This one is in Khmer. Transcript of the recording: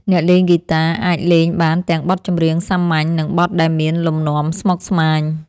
អ្នកលេងហ្គីតាអាចលេងបានទាំងបទចម្រៀងសាមញ្ញ និងបទដែលមានលំនាំស្មុគស្មាញ។